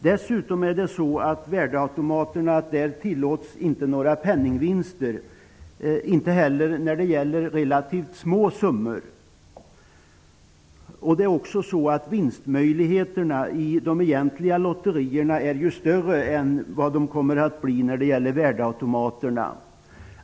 Dessutom tillåts inte några penningvinster från värdeautomaterna, inte ens relativt små summor. Vidare är vinstmöjligheterna i de egentliga lotterierna större än vad som föreslås när det gäller värdeautomaterna.